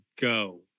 go